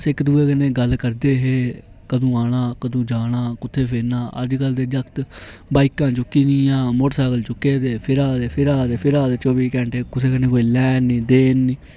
अस इक दुऐ कन्नै गल्ल करदे है कंदू आना कंदू जाना कुत्थै फिरने अजकल दे जागत वाइकां चुक्की दियां मोटरसाइकल चुक्के दे फिरा दे फिरा दे फिरा दे चौह्बी घंटे कुसै कन्नै कोई लेन नेईं देन नेईं